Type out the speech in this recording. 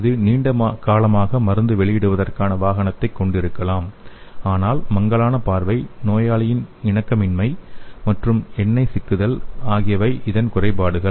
இது நீண்டகாலமாக மருந்து வெளியிடுவதற்கான வாகனத்தை கொண்டிருக்கலாம் ஆனால் மங்கலான பார்வை நோயாளியின் இணக்கம் இன்மை மற்றும் எண்ணெய் சிக்குதல் ஆகியவை இதன் குறைபாடுகள்